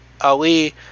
Ali